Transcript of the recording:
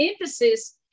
emphasis